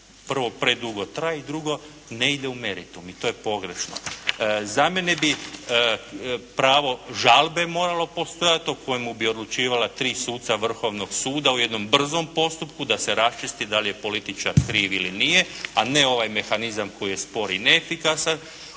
Prvo, predugo traje i drugo, ne ide u meritum i to je pogrešno. Za mene bi pravo žalbe moralo postojati o kojemu bi odlučivala tri suca Vrhovnog suda u jednom brzom postupku da se raščisti da li je političar kriv ili nije, a ne ovaj mehanizam koji je spor i neefikasan,